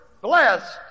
blessed